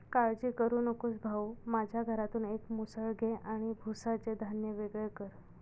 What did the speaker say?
काळजी करू नकोस भाऊ, माझ्या घरातून एक मुसळ घे आणि भुसाचे धान्य वेगळे कर